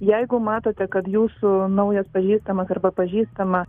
jeigu matote kad jūsų naujas pažįstamas arba pažįstama